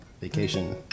vacation